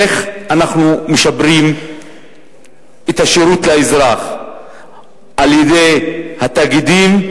איך אנחנו משפרים את השירות לאזרח על-ידי התאגידים,